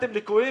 ומצאתם ליקויים,